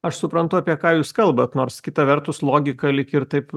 aš suprantu apie ką jūs kalbat nors kita vertus logika lyg ir taip